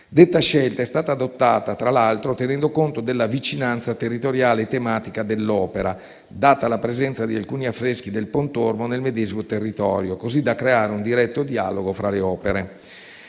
Detta scelta è stata adottata, tra l'altro, tenendo conto della vicinanza territoriale e tematica dell'opera, data la presenza di alcuni affreschi del Pontormo nel medesimo territorio, così da creare un diretto dialogo fra le opere.